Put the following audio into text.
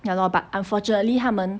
ya lor but unfortunately 他们